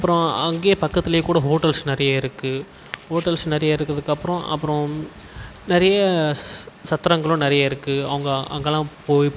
அப்புறம் அங்கேயே பக்கத்துலேயே கூட ஹோட்டல்ஸ் நிறையா இருக்குது ஹோட்டல்ஸ் நிறையா இருக்கறதுக்கப்றோம் அப்புறோம் நிறைய ச சத்திரங்களும் நிறைய இருக்குது அவங்க அங்கெல்லாம் போய்